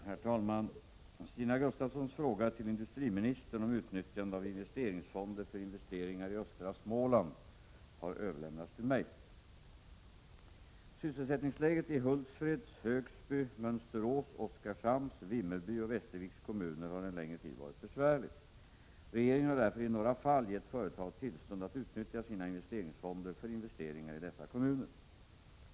Herr talman! Stina Gustavssons fråga till industriministern om utnyttjande av investeringsfonder för investeringar i östra Småland har överlämnats till mig. Sysselsättningsläget i Hultsfreds, Högsby, Mönsterås, Oskarshamns, Vimmerby och Västerviks kommuner har en längre tid varit besvärligt. Regeringen har därför i några fall gett företag tillstånd att utnyttja sina investeringsfonder för investeringar i dessa kommuner.